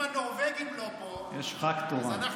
אם הנורבגים לא פה אז אנחנו,